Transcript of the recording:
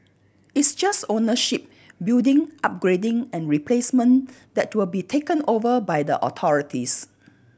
it's just ownership building upgrading and replacement that will be taken over by the authorities